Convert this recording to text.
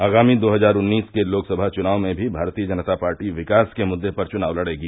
आगामी दो हजार उन्नीस के लोकसभा चुनाव में भी भारतीय जनता पार्टी विकास के मुद्दे पर चुनाव लड़ेगी